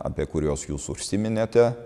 apie kuriuos jūs užsiminėte